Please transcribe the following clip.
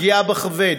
פגיעה בכבד,